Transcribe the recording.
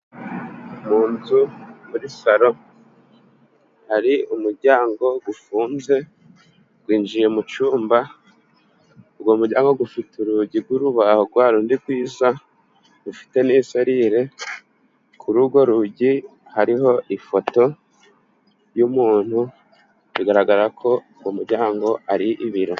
Mu nzu muri salo hari umuryango ufunze winjiye mu cyumba, uwo muryango ufite urugi rw'urubaho rwa rundi rwiza rufite n'iserire ku rurwo rugi hariho ifoto y'umuntu biragaragara ko uwo muryango ari ibiro.